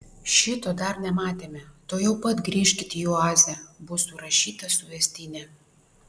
šito dar nematėme tuojau pat grįžkit į oazę bus surašyta suvestinė